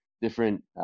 different